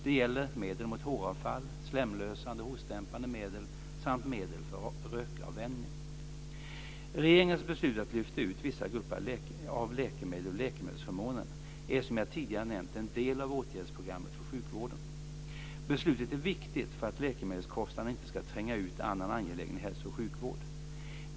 Det gäller medel mot håravfall, slemlösande och hostdämpande medel samt medel för rökavvänjning. Regeringens beslut att lyfta ut vissa grupper av läkemedel ur läkemedelsförmånen är, som jag tidigare nämnt, en del av åtgärdsprogrammet för sjukvården. Beslutet är viktigt för att läkemedelskostnaderna inte ska tränga ut annan angelägen hälso och sjukvård.